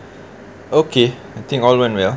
okay I think all one went well